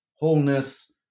wholeness